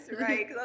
right